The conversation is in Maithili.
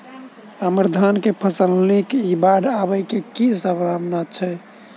हम्मर धान केँ फसल नीक इ बाढ़ आबै कऽ की सम्भावना छै?